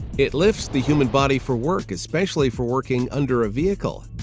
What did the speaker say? it lifts the human body for work, especially for working under a vehicle.